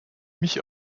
mich